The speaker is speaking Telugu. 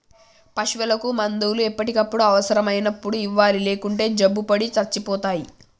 పశువులకు మందులు ఎప్పటికప్పుడు అవసరం అయినప్పుడు ఇవ్వాలి లేకుంటే జబ్బుపడి సచ్చిపోతాయి